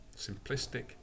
Simplistic